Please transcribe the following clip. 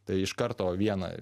tai iš karto vieną